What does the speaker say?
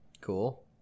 Cool